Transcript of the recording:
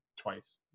twice